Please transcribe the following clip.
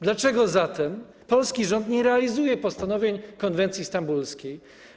Dlaczego zatem polski rząd nie realizuje postanowień konwencji stambulskiej?